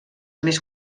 més